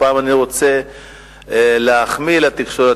הפעם אני רוצה להחמיא לתקשורת.